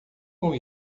com